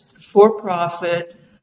for-profit